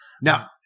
Now